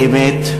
באמת,